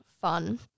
fun